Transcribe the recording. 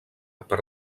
per